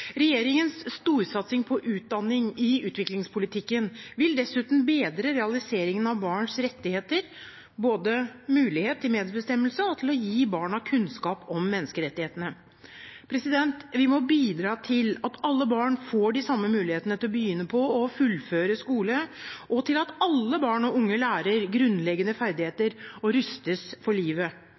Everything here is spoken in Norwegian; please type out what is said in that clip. Regjeringens storsatsing på utdanning i utviklingspolitikken vil dessuten bedre realiseringen av barns rettigheter – både mulighet til medbestemmelse og til å gi barna kunnskap om menneskerettighetene. Vi må bidra til at alle barn får de samme mulighetene til å begynne på og å fullføre skole, og til at alle barn og unge lærer grunnleggende ferdigheter og rustes for livet.